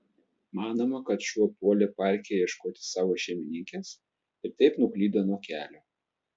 manoma kad šuo puolė parke ieškoti savo šeimininkės ir taip nuklydo nuo kelio